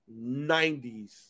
90s